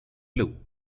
blue